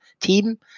team